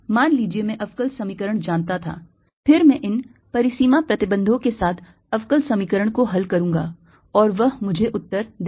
मान लीजिए कि मैं अवकल समीकरण जानता था फिर मैं इन परिसीमा प्रतिबंधों के साथ अवकल समीकरण को हल करूंगा और वह मुझे उत्तर देगा